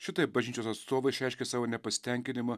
šitaip bažnyčios atstovai išreiškė savo nepasitenkinimą